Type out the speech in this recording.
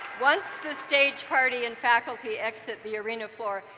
once the stage party and faculty exit the arena floor,